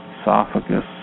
esophagus